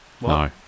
No